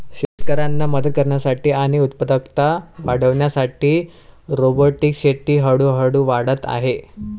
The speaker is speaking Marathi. शेतकऱ्यांना मदत करण्यासाठी आणि उत्पादकता वाढविण्यासाठी रोबोटिक शेती हळूहळू वाढत आहे